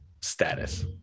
status